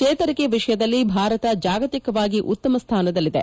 ಚೇತರಿಕೆ ವಿಷಯದಲ್ಲಿ ಭಾರತ ಜಾಗತಿಕವಾಗಿ ಉತ್ತಮ ಸ್ಥಾನದಲ್ಲಿದೆ